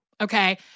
Okay